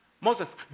Moses